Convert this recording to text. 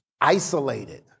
isolated